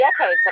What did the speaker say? decades